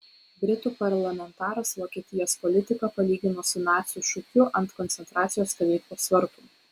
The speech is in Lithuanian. britų parlamentaras vokietijos politiką palygino su nacių šūkiu ant koncentracijos stovyklos vartų